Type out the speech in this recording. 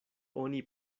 oni